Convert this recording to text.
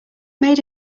made